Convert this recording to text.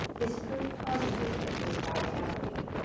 is proof positive of his vitality.